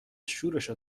شورشو